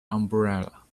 umbrella